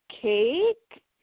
cake